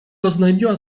oznajmiła